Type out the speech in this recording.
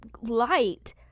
light